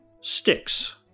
sticks